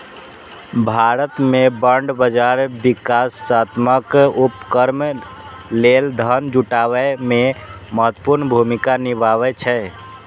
भारत मे बांड बाजार विकासात्मक उपक्रम लेल धन जुटाबै मे महत्वपूर्ण भूमिका निभाबै छै